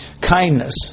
Kindness